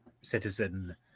Citizen